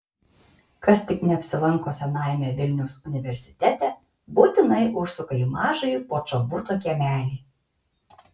kas tik neapsilanko senajame vilniaus universitete būtinai užsuka į mažąjį počobuto kiemelį